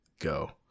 go